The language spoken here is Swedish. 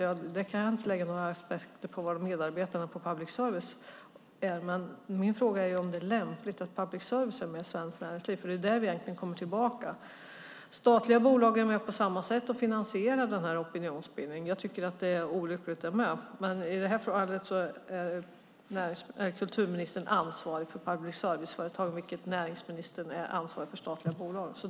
Jag kan inte lägga några aspekter på var medarbetarna på public service är - min fråga är om det är lämpligt att public service är med i Svenskt Näringsliv, för det är det vi kommer tillbaka till. Statliga bolag är på samma sätt med och finansierar den här opinionsbildningen. Jag tycker att även det är olyckligt, men i det här fallet är kulturministern ansvarig för public service-företagen, medan näringsministern är ansvarig för statliga bolag.